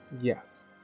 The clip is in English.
yes